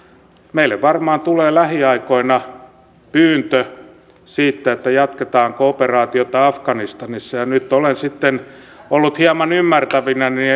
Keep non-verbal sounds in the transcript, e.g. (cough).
meille varmaan tulee lähiaikoina pyyntö siitä jatketaanko operaatiota afganistanissa nyt olen ollut hieman ymmärtävinäni (unintelligible)